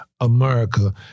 America